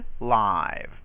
live